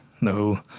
No